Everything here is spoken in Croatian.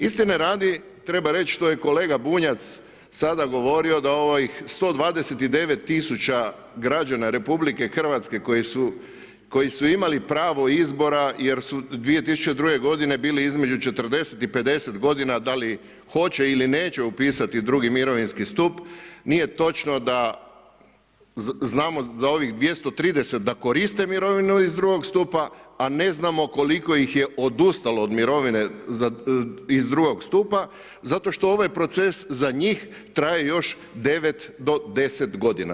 Istine radi treba reći što je kolega Bunjac sada govorio da ovih 129 tisuća građana Republike Hrvatske koji su imali pravo izbora jer su 2002. godine bili između 40 i 50 godina da li hoće ili neće upisati drugi mirovinski stup, nije točno da, znamo za ovih 230 da koriste mirovinu iz drugog stupa, a ne znamo koliko ih je odustalo od mirovine iz drugog stupa zato što ovaj proces za njih traje još 9 do 10 godina.